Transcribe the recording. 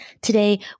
Today